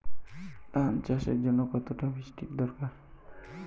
ধান চাষের জন্য কতটা বৃষ্টির দরকার?